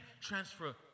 transfer